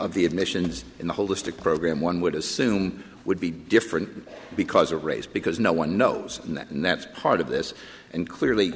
of the admissions in the holistic program one would assume would be different because of race because no one knows that and that's part of this and clearly